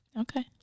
okay